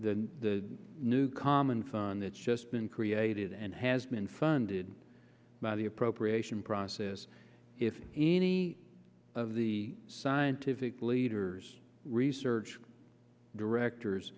the new common fund that's just been created and has been funded by the appropriation process if any of the scientific leaders research directors